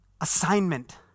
assignment